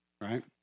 right